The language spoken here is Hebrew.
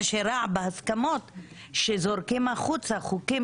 מה שרע בהסכמות זה שזורקים החוצה חוקים